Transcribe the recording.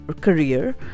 career